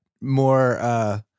more